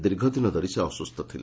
ଦୀର୍ଘଦିନ ଧରି ସେ ଅସୁସ୍ଥ ଥିଲେ